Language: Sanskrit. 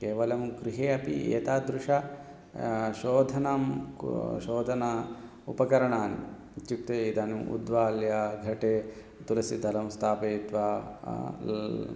केवलं गृहे अपि एतादृशं शोधनं शोधनं उपकरणानि इत्युक्ते इदानीम् उद्वाल्य घटे तुलसीदलं स्थापयित्वा ये